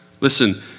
Listen